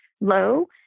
low